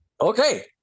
Okay